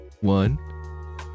one